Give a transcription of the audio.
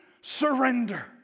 surrender